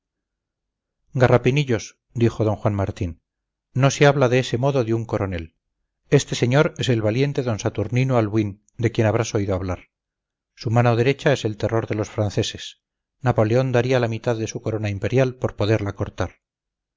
humano garrapinillos dijo d juan martín no se habla de ese modo de un coronel este señor es el valiente d saturnino albuín de quien habrás oído hablar su mano derecha es el terror de los franceses napoleón daría la mitad de su corona imperial por poderla cortar